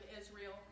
Israel